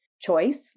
choice